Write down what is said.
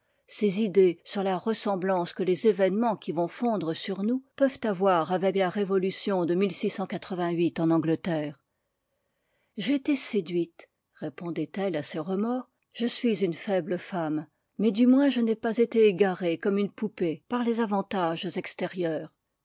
ses idées sur la ressemblance que les événements qui vont fondre sur nous peuvent avoir avec la révolution de en angleterre j'ai été séduite répondait-elle à ses remords je suis une faible femme mais du moins je n'ai pas été égarée comme une poupée par les avantages extérieurs